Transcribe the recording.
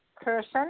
person